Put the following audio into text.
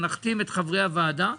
נחתים את חברי הוועדה,